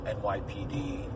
NYPD